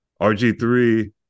RG3